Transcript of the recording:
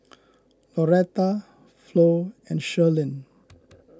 Lauretta Flo and Sherlyn